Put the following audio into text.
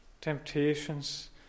temptations